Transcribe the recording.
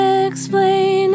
explain